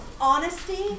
honesty